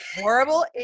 horrible